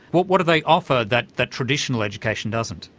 what what do they offer that that traditional education doesn't?